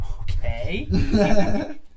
Okay